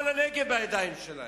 כל הנגב בידיים שלהם.